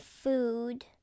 food